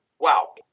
wow